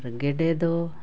ᱟᱨ ᱜᱮᱰᱮ ᱫᱚ